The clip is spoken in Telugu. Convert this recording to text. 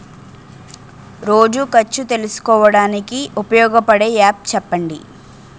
రోజు ఖర్చు తెలుసుకోవడానికి ఉపయోగపడే యాప్ చెప్పండీ?